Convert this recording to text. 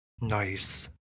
Nice